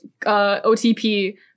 OTP